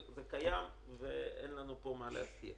אין לנו מה להסתיר.